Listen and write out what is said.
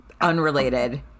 Unrelated